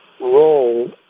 role